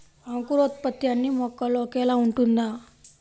అంకురోత్పత్తి అన్నీ మొక్కలో ఒకేలా ఉంటుందా?